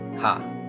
ha